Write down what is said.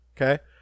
okay